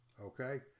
okay